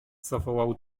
zawołał